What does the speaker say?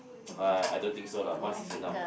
I I don't think so lah once is enough